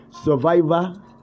survivor